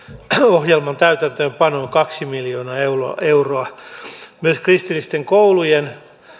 ohjelman täytäntöönpanoon kaksi miljoonaa euroa euroa myös kristillisten koulujen